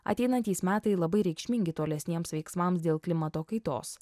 ateinantys metai labai reikšmingi tolesniems veiksmams dėl klimato kaitos